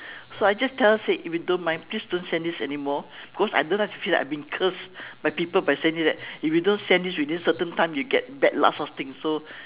so I just tell said if you don't mind please don't send this anymore cause I don't like to see that I have been cursed by people by sending me that if you don't send this within certain time you get bad luck sort of thing so